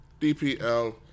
DPL